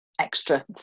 extra